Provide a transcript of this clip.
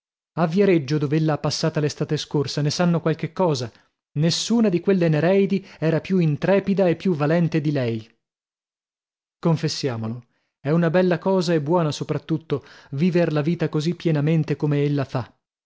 a viareggio dov'ella ha passata l'estate scorsa ne sanno qualche cosa nessuna di quelle nereidi era più intrepida e più valente di lei confessiamolo è una bella cosa e buona sopra tutto viver la vita così pienamente come ella fa